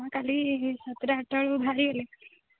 ହଁ କାଲି ସାତଟା ଆଠଟା ବେଳକୁ ବାହାରିଗଲେ